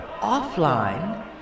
offline